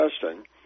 testing